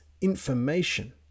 information